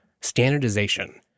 standardization